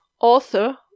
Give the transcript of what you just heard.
author